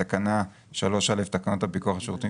בתקנה 3א לתקנות הפיקוח על שירותים